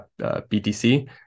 btc